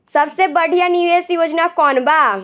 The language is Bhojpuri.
सबसे बढ़िया निवेश योजना कौन बा?